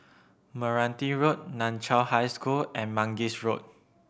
Meranti Road Nan Chiau High School and Mangis Road